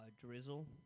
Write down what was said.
drizzle